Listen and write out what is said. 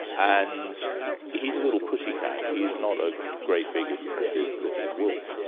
and he's a little pussy cat, he's not a great big impressive looking wolf. yes,